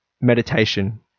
meditation